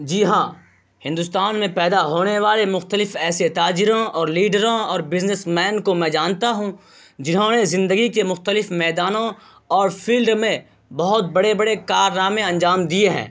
جی ہاں ہندوستان میں پیدا ہونے والے مختلف ایسے تاجروں اور لیڈروں اور بزنیس مین کو میں جانتا ہوں جنہوں نے زندگی کے مختلف میدانوں اور فیلڈ میں بہت بڑے بڑے کارنامے انجام دیے ہیں